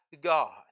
God